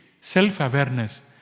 self-awareness